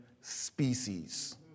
species